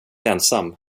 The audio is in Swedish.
ensam